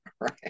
right